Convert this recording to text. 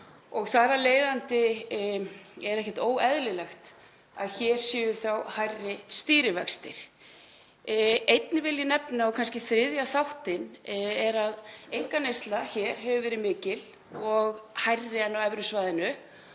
og þar af leiðandi er ekkert óeðlilegt að hér séu þá hærri stýrivextir. Einnig vil ég nefna, og kannski þriðja þáttinn, að einkaneysla hefur verið mikil og meiri en á evrusvæðinu.